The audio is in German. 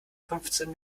fünfzehn